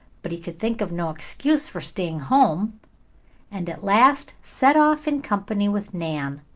but he could think of no excuse for staying home and at last set off in company with nan.